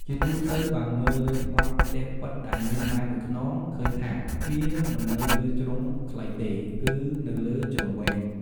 ជាទូទៅបើមើលលើប្លង់ផ្ទះប៉ិតដែលមានតែមួយខ្នង ឃើញថាទ្វារមិននៅលើជ្រុងខ្លីទេ គឺនៅលើជ្រុងវែង។